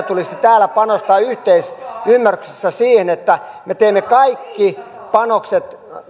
tulisi täällä panostaa yhteisymmärryksessä siihen että me teemme kaikki panokset